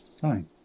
Fine